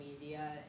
media